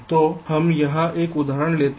तो हम यहां एक उदाहरण लेते हैं